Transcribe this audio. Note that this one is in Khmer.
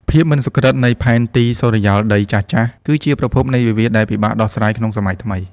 ភាពមិនសុក្រឹតនៃផែនទីសុរិយោដីចាស់ៗ គឺជាប្រភពនៃវិវាទដែលពិបាកដោះស្រាយក្នុងសម័យថ្មី។